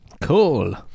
Cool